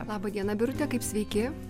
laba diena birute kaip sveiki